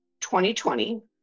2020